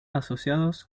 asociados